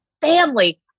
family